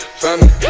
family